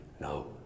no